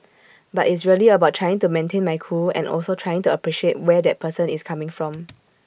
but it's really about trying to maintain my cool and also trying to appreciate where that person is coming from